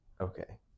okay